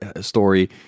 story